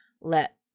let